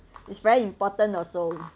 it's very important also